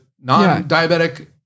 non-diabetic